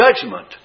judgment